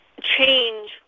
change